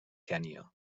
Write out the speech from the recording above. kenya